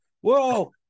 whoa